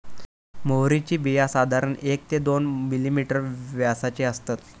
म्होवरीची बिया साधारण एक ते दोन मिलिमीटर व्यासाची असतत